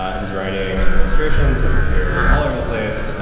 his writing and illustrations have appeared all over the place.